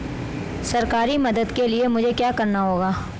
सरकारी मदद के लिए मुझे क्या करना होगा?